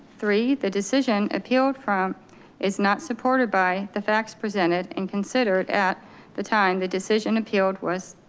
three, the decision appealed from is not supported by the facts presented and considered at the time. the decision appealed was.